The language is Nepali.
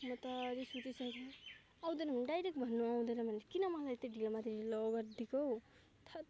म त रिस उठिसक्यो आउँदैन भने डाइरेक्ट भन्नु आउँदैन भने किन मलाई यति ढिलोमाथि ढिलो गरिदिएको हो हैट्